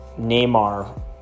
Neymar